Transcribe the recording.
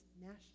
national